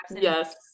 yes